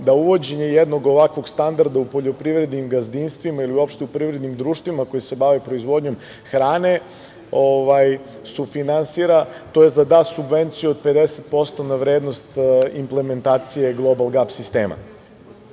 da uvođenje jednog ovakvog standarda u poljoprivrednim gazdinstvima ili uopšte u poljoprivrednim društvima koja se bave proizvodnjom hrane sufinansira, tj. da da subvenciju od 50% na vrednost implementacije Global GAP sistema. Ovi